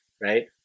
right